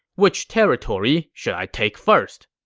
which territory should i take first?